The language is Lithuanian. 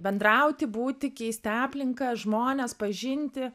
bendrauti būti keisti aplinką žmones pažinti